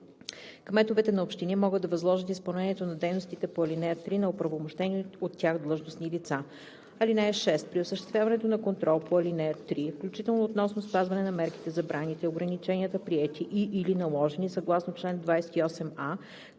Кметовете на общини могат да възложат изпълнението на дейностите по ал. 3 на оправомощени от тях длъжностни лица. (6) При осъществяването на контрол по ал. 3, включително относно спазване на мерките, забраните и ограниченията, приети и/или наложени съгласно чл. 28а,